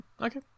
Okay